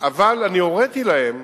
אבל אני הוריתי להם